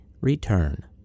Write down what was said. return